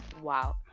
Wow